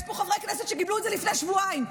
יש פה חברי כנסת שקיבלו את זה לפני שבועיים.